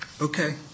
Okay